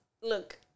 Look